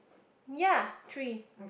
ya three